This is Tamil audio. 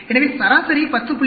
எனவே சராசரி 10